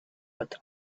but